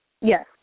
Yes